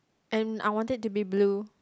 and I want it to be blue